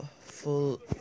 full